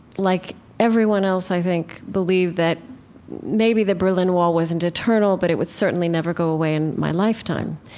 like everyone else, i think, believed that maybe the berlin wall wasn't eternal, but it would certainly never go away in my lifetime.